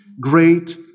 great